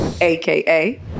AKA